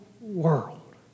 world